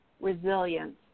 resilience